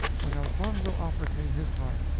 when elfonzo offered me his heart,